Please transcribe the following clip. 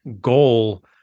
goal